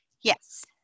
Yes